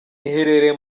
iherereye